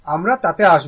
আমরা তাতে আসব